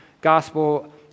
gospel